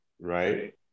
right